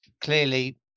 clearly